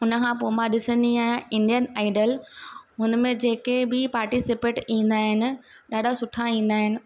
हुनखां पोइ मां ॾिसंदी आहियां इंडियन आईडल हुनमें जेके बि पाटीसिपेट ईंदा आहिनि ॾाढा सुठा ईंदा आहिनि